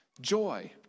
joy